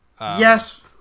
Yes